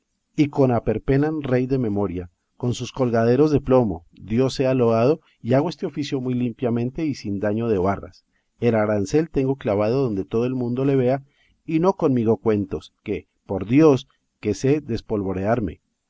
y con a perpenan rei de memoria con sus colgaderos de plomo dios sea loado y hago este oficio muy limpiamente y sin daño de barras el arancel tengo clavado donde todo el mundo le vea y no conmigo cuentos que por dios que sé